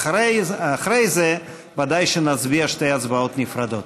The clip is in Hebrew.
אחרי זה ודאי שנצביע בשתי הצבעות נפרדות.